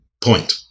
point